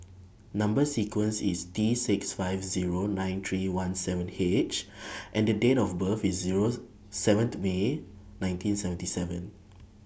Number sequence IS T six five Zero nine three one seven H and Date of birth IS Zero seventh May nineteen seventy seven